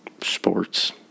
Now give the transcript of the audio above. Sports